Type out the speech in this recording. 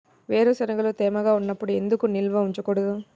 వేరుశనగలు తేమగా ఉన్నప్పుడు ఎందుకు నిల్వ ఉంచకూడదు?